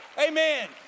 Amen